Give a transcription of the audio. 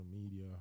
media